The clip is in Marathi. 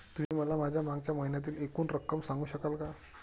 तुम्ही मला माझ्या मागच्या महिन्यातील एकूण रक्कम सांगू शकाल का?